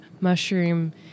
mushroom